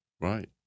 Right